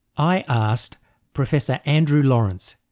i asked professor andrew lawrence,